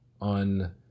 on